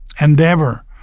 endeavor